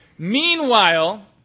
Meanwhile